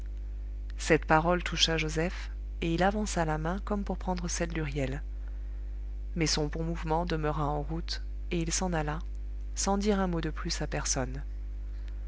cette parole toucha joseph et il avança la main comme pour prendre celle d'huriel mais son bon mouvement demeura en route et il s'en alla sans dire un mot de plus à personne